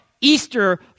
Easter